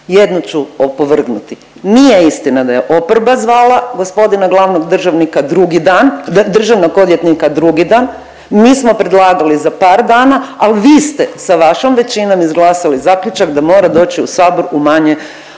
Jednu ću opovrgnuti, nije istina da je oporba zvala gospodina glavnog državnika drugi dan, državnog odvjetnika drugi dan, mi smo predlagali za par dana, a vi ste sa vašom većinom izglasali zaključak da mora doći u sabor u manje od 24 sata.